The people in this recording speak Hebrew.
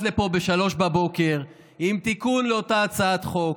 לפה ב-03:00 עם תיקון לאותה הצעת חוק,